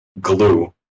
glue